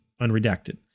unredacted